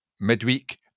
midweek